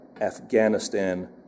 Afghanistan